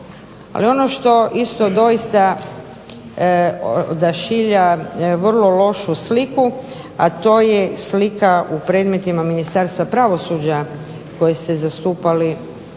Ali ono što doista odašilja vrlo lošu sliku, a to je slika u predmetima Ministarstva pravosuđa koje je RH kao